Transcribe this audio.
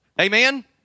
Amen